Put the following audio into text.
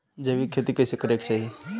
जैविक खेती कइसे करे के चाही?